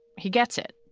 he gets it.